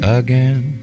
again